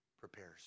prepares